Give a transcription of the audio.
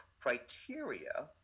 criteria